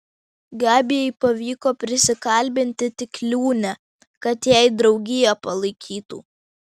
gabijai pavyko prisikalbinti tik liūnę kad jai draugiją palaikytų